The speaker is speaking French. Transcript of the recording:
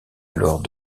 alors